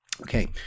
okay